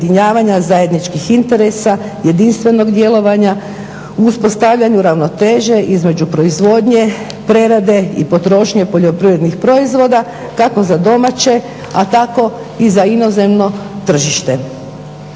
zajedničkih interesa, jedinstvenog djelovanja u uspostavljanju ravnoteže između proizvodnje, prerade i potrošnje poljoprivrednih proizvoda kako za domaće, a tako i za inozemno tržište.